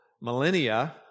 millennia